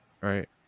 right